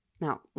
Now